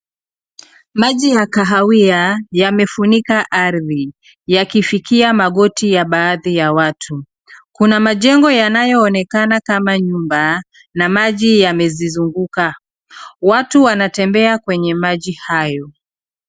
Maji ya kahawia yamefunika ardhi yakifikia magoti ya baadhi ya watu. Kuna majengo yanayo onekana kama nyumba na maji yamezizunguka. Watu wanatembea kwenye maji hayo.